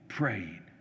praying